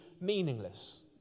meaningless